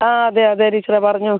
ആ അതെ അതെ ടീച്ചറേ പറഞ്ഞോ